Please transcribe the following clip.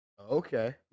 Okay